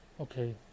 Okay